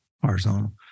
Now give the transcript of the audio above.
horizontal